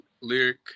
Lyric